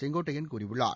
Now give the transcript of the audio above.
செங்கோட்டையன் கூறியுள்ளார்